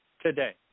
today